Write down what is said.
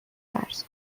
فرض